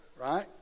right